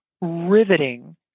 riveting